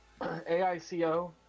Aico